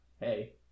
hey